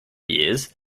years